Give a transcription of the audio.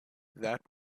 that